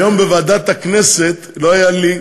היום בוועדת הכנסת לא היה לי,